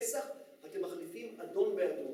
אתם מחליפים אדון באדון